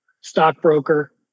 stockbroker